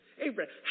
Abraham